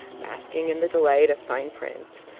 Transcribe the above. basking in the delight of fine print.